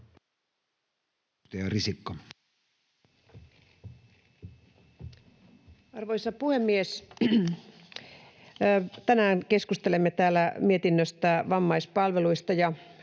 Arvoisa puhemies! Tänään keskustelemme täällä mietinnöstä vammaispalveluista.